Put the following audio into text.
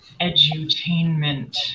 edutainment